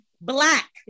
black